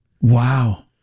Wow